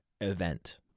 event